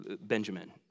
Benjamin